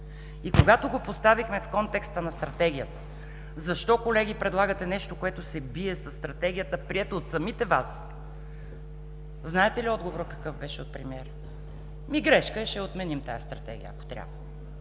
Когато го поставихме в контекста на Стратегията: „Защо, колеги, предлагате нещо, което се бие със Стратегията приета от самите Вас“, знаете ли какъв беше отговорът от премиера? „Ми грешка е, ще я отменим тази Стратегия, ако трябва.